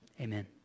Amen